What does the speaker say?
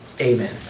Amen